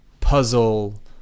puzzle